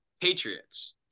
Patriots